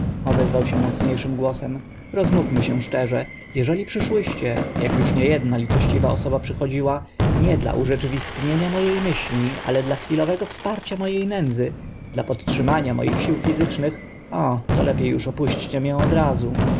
odezwał się mocnie szym głosem rozmówmy się szczerze eżeli przyszłyście ak uż nie edna litościwa osoba przychodziła nie dla urzeczywistnienia mo e myśli ale dla chwilowego wsparcia mo e nędzy dla podtrzymania moich sił fizycznych o to lepie opuśćcie mię od